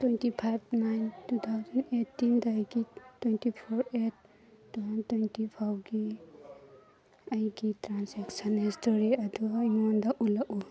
twenty five nine two thousand ꯑꯩꯠꯇꯤꯟꯗꯒꯤ twenty four eight two thousand twenty four ꯐꯥꯎꯕꯒꯤ ꯑꯩꯒꯤ transaction history ꯑꯗꯨ ꯑꯩꯉꯣꯟꯗ ꯎꯠꯂꯛꯎ